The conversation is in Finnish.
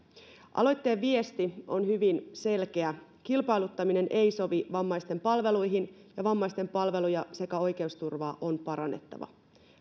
aloitteen viesti on hyvin selkeä kilpailuttaminen ei sovi vammaisten palveluihin ja vammaisten palveluja sekä oikeusturvaa on parannettava